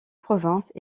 provinces